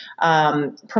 promote